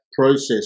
process